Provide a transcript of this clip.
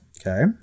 Okay